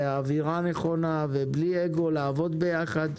אווירה נכונה ובלי אגו, לעבוד ביחד.